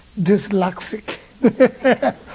dyslexic